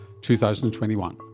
2021